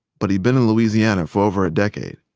but he'd been in louisiana for over a decade.